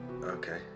Okay